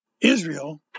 Israel